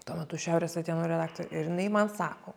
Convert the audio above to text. tuo metu šiaurės atėnų redaktorė ir jinai man sako